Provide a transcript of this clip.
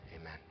amen